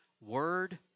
word